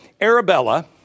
Arabella